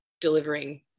delivering